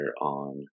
on